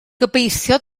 gobeithio